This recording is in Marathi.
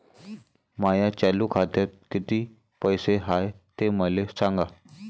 माया चालू खात्यात किती पैसे हाय ते मले सांगा